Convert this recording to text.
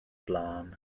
blaen